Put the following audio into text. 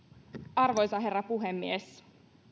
arvoisa herra puhemies